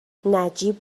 نجیب